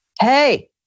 Hey